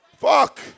Fuck